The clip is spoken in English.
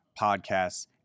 podcasts